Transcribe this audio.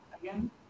again